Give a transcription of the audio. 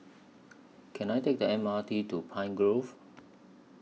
Can I Take The M R T to Pine Grove